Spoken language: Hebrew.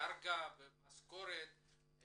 הדרגה, המשכורת.